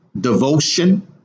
devotion